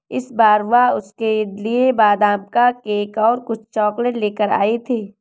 इस बार वह उसके लिए बादाम का केक और कुछ चॉकलेट लेकर आई थी